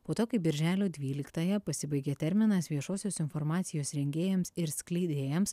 po to kai birželio dvyliktąją pasibaigė terminas viešosios informacijos rengėjams ir skleidėjams